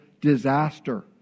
disaster